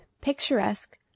picturesque